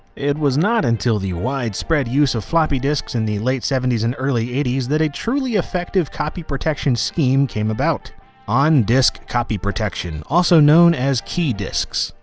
it was not until the widespread use of floppy disks in the late seventies and early eighties that a truly effective copy protection scheme came about on-disk copy protection, also known as key disks.